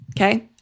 Okay